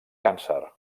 càncer